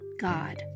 God